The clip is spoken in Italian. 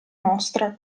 nostra